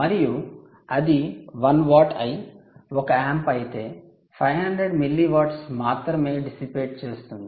మరియు అది ఒక వాట్ అయి 1 ఆంప్ అయితే 500 మిల్లి వాట్స్ మాత్రమే డిసిపేట్ చేస్తుంది